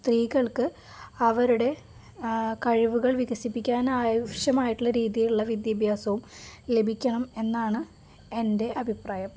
സ്ത്രീകൾക്ക് അവരുടെ കഴിവുകൾ വികസിപ്പിക്കാൻ ആവശ്യമായിട്ടുള്ള രീതിയിലുള്ള വിദ്യാഭ്യാസവും ലഭിക്കണമെന്നാണ് എൻ്റെ അഭിപ്രായം